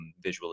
visually